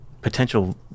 potential